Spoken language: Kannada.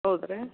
ಹೌದ್ರ್ಯಾ